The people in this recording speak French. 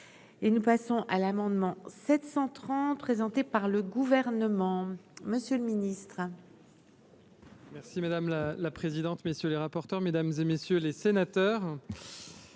et nous passons à l'amendement 730 présenté par le gouvernement, monsieur le Ministre. Merci madame la la présidente, messieurs les rapporteurs, mesdames et messieurs les sénateurs,